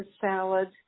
salads